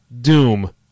Doom